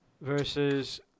versus